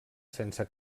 sense